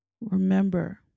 Remember